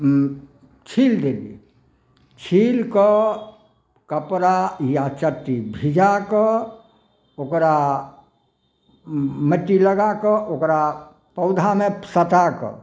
छीलि देली छीलिकऽ कपड़ा या चट्टी भिजाकऽ ओकरा मट्टी लगाकऽ ओकरा पौधामे सटाकऽ